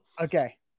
Okay